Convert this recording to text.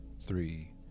three